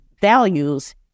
values